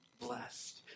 blessed